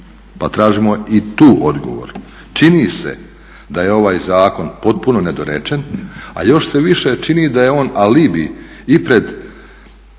Pa tražimo i tu odgovor. Čini se da je ovaj zakon potpuno nedorečen, a još se više čini da je on alibi i pred